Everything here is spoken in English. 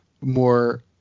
more